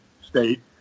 state